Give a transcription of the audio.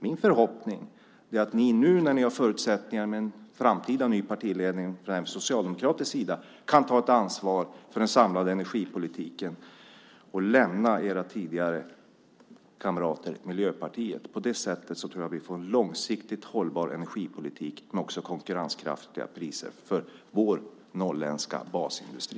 Min förhoppning är att ni socialdemokrater nu när ni har förutsättningarna med en framtida ny partiledning, kan ta ett ansvar för den samlade energipolitiken och lämna era tidigare kamrater, alltså Miljöpartiet. På det sättet tror jag att vi kan få en långsiktigt hållbar energipolitik med konkurrenskraftiga priser för vår norrländska basindustri.